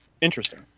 Interesting